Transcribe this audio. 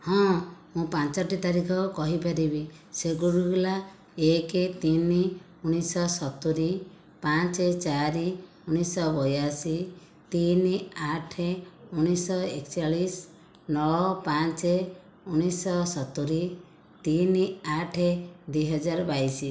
ହଁ ମୁଁ ପାଞ୍ଚୋଟି ତାରିଖ କହିପାରିବି ସେଗୁଡ଼ିକ ହେଲା ଏକେ ତିନି ଉଣେଇଶହ ସତୁରୀ ପାଞ୍ଚ ଚାରି ଉଣେଇଶହ ବୟାଅଶୀ ତିନି ଆଠ ଉଣେଇଶହ ଏକଚାଳିଶ ନଅ ପାଞ୍ଚ ଉଣେଇଶହ ସତୁରୀ ତିନି ଆଠ ଦୁଇ ହଜାର ବାଇଶି